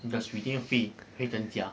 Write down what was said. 你的水电费会增加